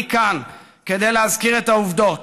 אני כאן כדי להזכיר את העובדות: